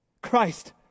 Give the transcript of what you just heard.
Christ